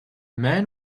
man